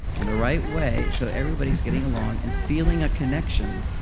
and the right way, so everybody's getting along, and feeling a connection,